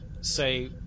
say